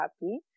happy